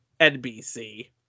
NBC